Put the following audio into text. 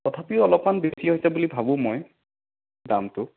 তথাপিও অলপমান বেছি হৈছে বুলি ভাবো মই দামটো